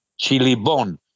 Chilibon